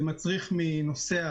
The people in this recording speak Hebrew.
זה מצריך מנוסע,